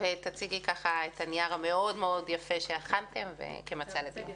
תציגי את הנייר היפה מאוד שהכנתם כמצע לדיון,